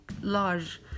large